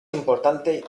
importante